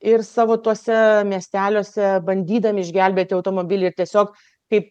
ir savo tuose miesteliuose bandydami išgelbėti automobilį ir tiesiog kaip